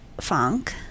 funk